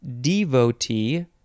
devotee